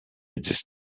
edges